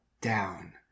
down